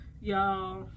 Y'all